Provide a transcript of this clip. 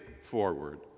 forward